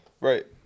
Right